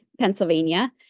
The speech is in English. Pennsylvania